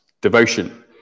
Devotion